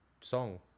song